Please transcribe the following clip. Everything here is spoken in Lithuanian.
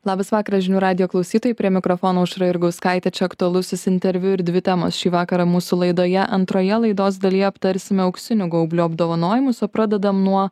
labas vakaras žinių radijo klausytojai prie mikrofono aušra jurgauskaitė čia aktualusis interviu ir dvi temos šį vakarą mūsų laidoje antroje laidos dalyje aptarsime auksinių gaublio apdovanojimus o pradedam nuo